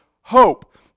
hope